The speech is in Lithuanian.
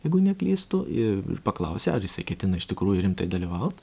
jeigu neklystu ir paklausė ar jisai ketina iš tikrųjų rimtai dalyvaut